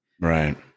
Right